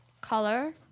Color